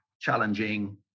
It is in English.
challenging